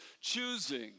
choosing